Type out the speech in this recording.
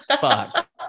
fuck